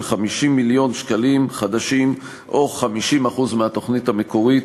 50 מיליון ש"ח או 50% מהתוכנית המקורית,